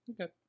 Okay